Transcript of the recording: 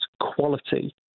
quality